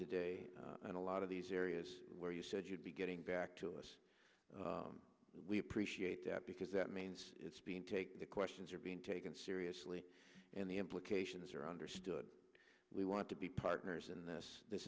today and a lot of these areas where you said you'd be getting back to us we appreciate that because that means it's being taken the questions are being taken seriously and the implications are understood we want to be partners in this this